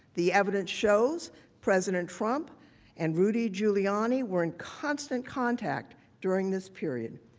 the evidence shows president trump and rudy giuliani were in constant contact during this period.